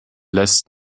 lässt